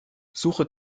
suche